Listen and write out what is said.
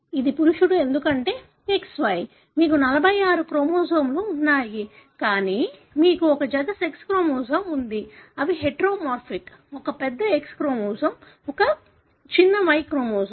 ఇది పురుషుడు ఎందుకంటే XY మీకు 46 క్రోమోజోమ్లు ఉన్నాయి కానీ మీకు ఒక జత సెక్స్ క్రోమోజోమ్ ఉంది అవి హెటెరోమోర్ఫిక్ ఒక పెద్ద X క్రోమోజోమ్ ఒక చిన్న Y క్రోమోజోమ్